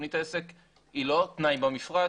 תוכנית עסק היא לא תנאי במפרט